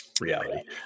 reality